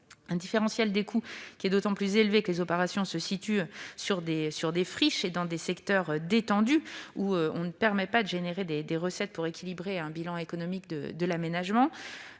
Le différentiel de coûts est d'autant plus élevé lorsque les opérations se situent sur des friches et dans des secteurs détendus, qui ne permettent pas de générer des recettes pour équilibrer le bilan économique de l'aménagement.